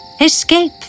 Escape